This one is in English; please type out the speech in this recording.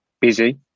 busy